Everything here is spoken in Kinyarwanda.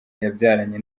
yabyaranye